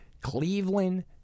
Cleveland